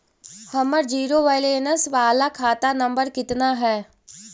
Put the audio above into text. हमर zero balance बाला खाता नम्बर कितना है?